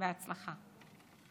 בהצלחה.